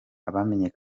bamenye